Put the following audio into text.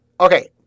Okay